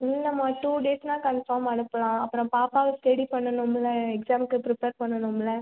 இல்லைம்மா டூ டேஸ்ன்னா கன்ஃபார்ம் அனுப்பலாம் அப்புறம் பாப்பாவை ஸ்டெடி பண்ணனும்ல எக்ஸாமுக்கு ப்ரிப்பேர் பண்ணனும்ல